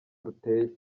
ruteye